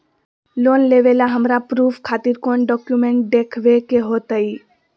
Loan लेबे ला हमरा प्रूफ खातिर कौन डॉक्यूमेंट देखबे के होतई?